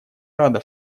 рада